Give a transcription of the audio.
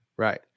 Right